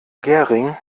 gehring